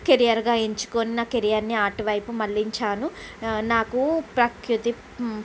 కెరియర్గా ఎంచుకున్నకెరియర్ని ఆర్టు వైపు మళ్ళించాను నాకు ప్రకృతి